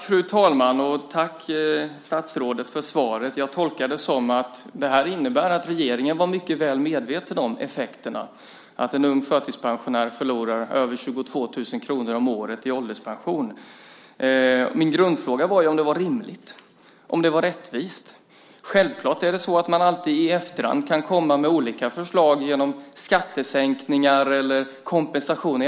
Fru talman! Tack, statsrådet, för svaret. Jag tolkar det som att regeringen var mycket väl medveten om effekterna - att en ung förtidspensionär förlorar över 22 000 kr om året i ålderspension. Min grundfråga var om det var rimligt och om det var rättvist. Självklart kan man alltid i efterhand komma med olika förslag genom skattesänkningar eller kompensation.